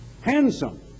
handsome